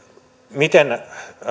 miten on